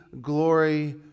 glory